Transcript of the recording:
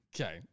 Okay